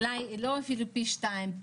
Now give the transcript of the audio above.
או אפילו לא פי 2,